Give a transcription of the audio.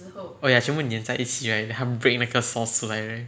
oh ya 全部黏在一起 right 它 break 那个 sauce 出来 right